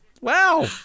Wow